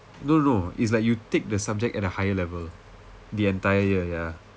no no is like you take the subject at a higher level the entire year ya